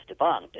debunked